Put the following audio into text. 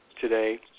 today